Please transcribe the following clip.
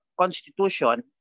constitution